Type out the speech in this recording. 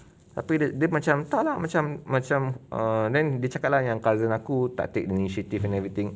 tapi dia dia macam tak lah macam macam err then dia cakap lah yang cousin aku tak take initiative and everything